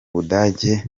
budage